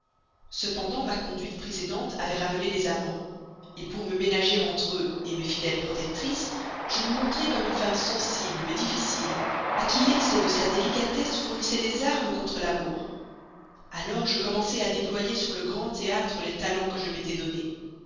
cependant ma conduite précédente avait ramené les amants pour me ménager entre eux mes fidèles protectrices je me montrai comme une femme sensible mais difficile à qui l'excès de sa délicatesse fournissait des armes contre l'amour alors je commençai à déployer sur le grand théâtre les talents que je m'étais donnés